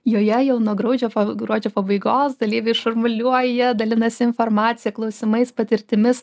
joje jau nuo gruodžio gruodžio pabaigos dalyviai šurmuliuoja dalinasi informacija klausimais patirtimis